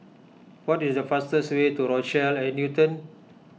what is the fastest way to Rochelle at Newton